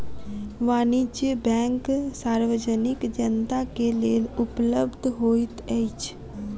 वाणिज्य बैंक सार्वजनिक जनता के लेल उपलब्ध होइत अछि